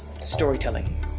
storytelling –